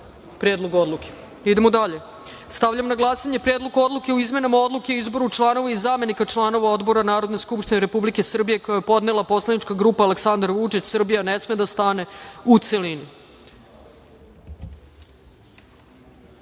Predlog odluke. Stavljam na glasanje Predlog odluke o izmenama Odluke o izboru članova i zamenika članova odbora Narodne skupštine Republike Srbije, koju je podnela poslanička grupa Aleksandar Vučić – Srbija ne sme da stane, u